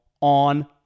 on